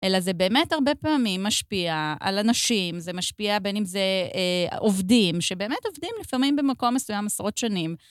אלא זה באמת הרבה פעמים משפיע על אנשים, זה משפיע בין אם זה עובדים, שבאמת עובדים לפעמים במקום מסוים עשרות שנים.